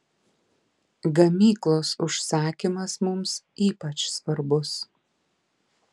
gamyklos užsakymas mums ypač svarbus